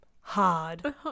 hard